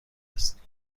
است